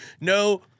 no